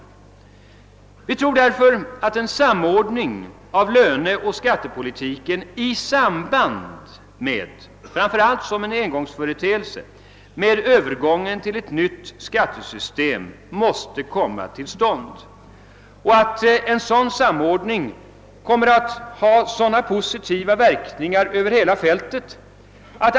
Vi tror alltså att en samordning av löneoch skattepolitiken i samband med övergången till ett nytt skattesystem är nödvändig — framför allt som engångsföreteelse. En sådan samordning kommer att ha positiva verkningar över hela fältet.